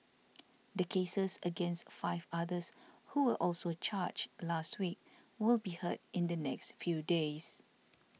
the cases against five others who were also charged last week will be heard in the next few days